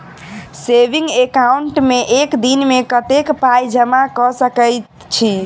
Saving account मे एक दिनमे कतेक पाई जमा कऽ सकैत छी?